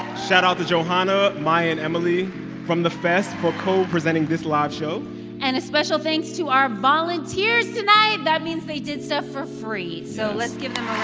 shoutout to johanna, maya and emily from the fest for co-presenting this live show and a special thanks to our volunteers tonight. that means they did stuff for free, so lets give them ah